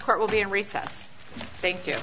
court will be in recess thank you